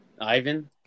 Ivan